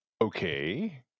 Okay